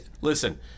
Listen